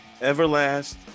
Everlast